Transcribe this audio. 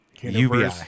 ubi